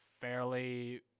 fairly